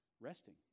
resting